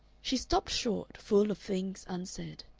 she stopped short, full of things un-said.